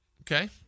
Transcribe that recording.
Okay